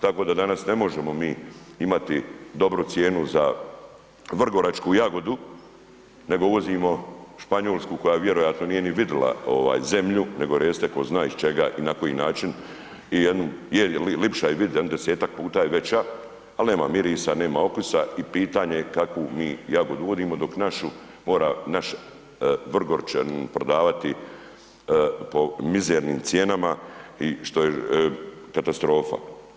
Tako da danas ne možemo mi imati dobru cijenu za vrgoračku jagodu, nego uvozimo Španjolsku koja vjerojatno nije ni vidjela zemlju, nego recite ko zna iz čega i na koji način i jedna je lipše je vidjeti, jedno desetak puta je veća, ali nema mirisa, nema okusa i pitanje je kakvu mi jagodu uvodimo, dok našu mora, naš Vrgorčani prodavati, po mizernim cijenama i što je katastrofa.